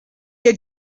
had